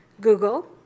Google